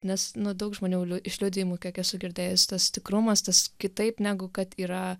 nes nu daug žmonių liu iš liudijimų kiek esu girdėjus tas tikrumas tas kitaip negu kad yra